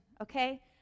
okay